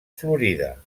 florida